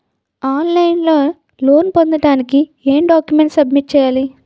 On line లో loan పొందటానికి ఎం డాక్యుమెంట్స్ సబ్మిట్ చేయాలి?